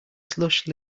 slush